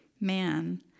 man